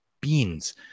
beans